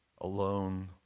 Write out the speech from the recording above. alone